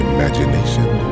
Imagination